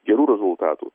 gerų rezultatų